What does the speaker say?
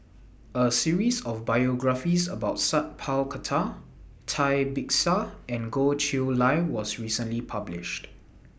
A series of biographies about Sat Pal Khattar Cai Bixia and Goh Chiew Lye was recently published